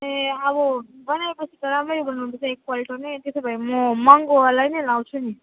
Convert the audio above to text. ए अब बनाएपछि त राम्रै बनाउनुपर्छ एकपल्ट नै त्यसोभए म महँगोवाला नै लाउँछु नि